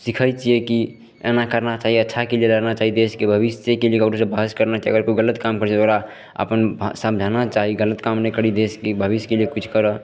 सीखय छियै की एना करना चाही अच्छाके लिये लड़ना चाही देशके भविष्यसँ केलिये ककरोसँ बहस करना चाही अगर कोइ गलत काम करय छै ओकरा अपन समझाना चाही गलत काम नहि करी देशके भविष्यके लिये किछु करऽ